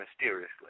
mysteriously